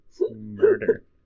Murder